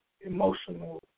emotional